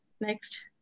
Next